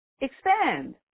Expand